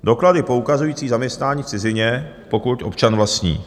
Doklady poukazující zaměstnání v cizině, pokud občan vlastní.